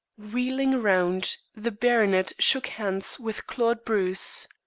wheeling round, the baronet shook hands with claude bruce.